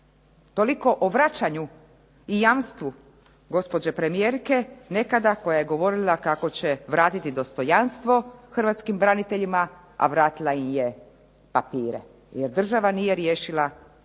Toliko o vraćanju i jamstvu gospođe premijerke nekada koja je govorila kako će vratiti dostojanstvo hrvatskim braniteljima a vratila im je papire jer država nije riješila u